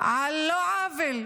על לא עוול בכפה,